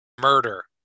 Murder